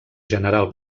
general